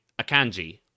Akanji